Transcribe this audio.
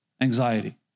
anxiety